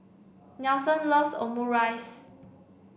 Nelson loves Omurice